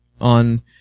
on